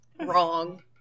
wrong